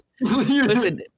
Listen